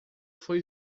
foi